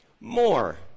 more